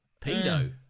Pedo